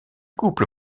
couple